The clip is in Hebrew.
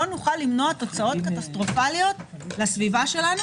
לא נוכל למנוע תוצאות קטסטרופליות לסביבה שלו,